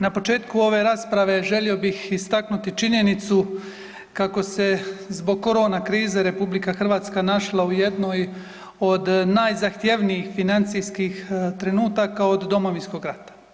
Na početku ove rasprave želio bih istaknuti činjenicu kako se zbog korona krize RH našla u jednoj od najzahtjevnijih financijskih trenutaka od Domovinskog rata.